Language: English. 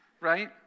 right